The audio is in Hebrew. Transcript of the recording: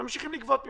ממשיכים לגבות ממנו,